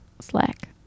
slack